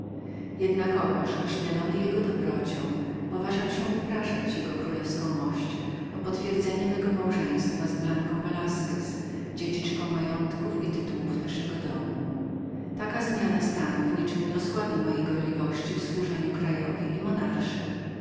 jednakowoż ośmielony jego dobrocią poważam się upraszać jkmość o potwierdzenie mego małżeństwa z blanką velasquez dziedziczką majątków i tytułów naszego domu takowa zmiana stanu w niczem nieosłabi mojej gorliwości w służeniu krajowi i monarsze